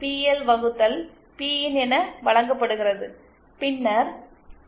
L வகுத்தல் பிஇன் என வழங்கப்படுகிறது பின்னர் பி